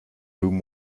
room